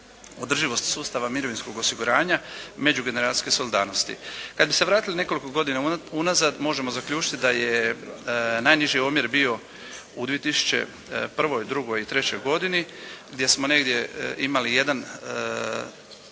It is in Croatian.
održivosti sustava mirovinskog osiguranja, međugeneracijske solidarnosti. Kad bi se vratili nekoliko godina unazad možemo zaključiti da je najniži omjer bio u 2001., 2002. i 2003. godini gdje smo negdje imali